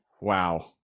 Wow